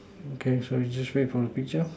okay sorry just wait for the picture